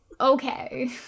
okay